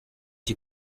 ibi